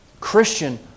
Christian